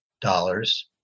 dollars